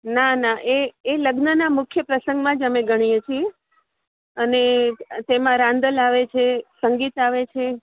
ના ના એ એ લગ્નના મુખ્ય પ્રસંગમાં જ અમે ગણીએ છીએ અને તેમાં રાંદલ આવે છે સંગીત આવે છે